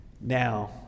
Now